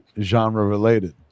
genre-related